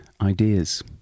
ideas